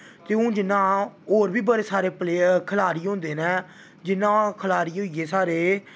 ते हून जि'यां होर बी बड़े सारे खलाड़ी होंदे न जि'यां खलाड़ी होई गे साढ़े